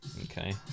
okay